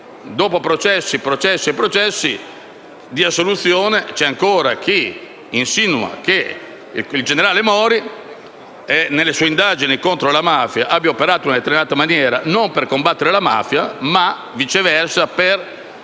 dopo processi, processi e processi di assoluzione c'è ancora chi insinua che il generale Mori, nelle sue indagini contro la mafia, abbia operato in una determinata maniera non per combattere la mafia, ma, viceversa, per fini